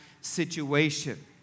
situation